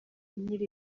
nkiri